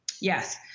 Yes